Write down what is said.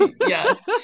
Yes